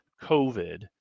covid